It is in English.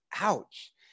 ouch